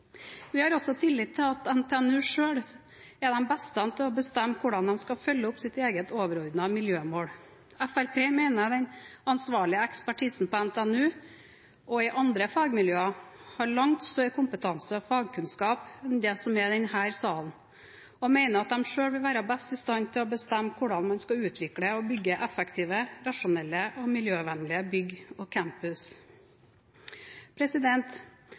Vi har også tillitt til at NTNU selv er de beste til å bestemme hvordan de skal følge opp sitt eget overordnede miljømål. Fremskrittspartiet mener den ansvarlige ekspertisen på NTNU og i andre fagmiljøer har langt større kompetanse og fagkunnskap enn det som er i denne salen, og mener at de selv vil være best i stand til å bestemme hvordan man skal utvikle og bygge effektive, rasjonelle og miljøvennlige bygg og campus.